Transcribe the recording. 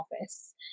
Office